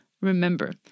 Remember